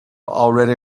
already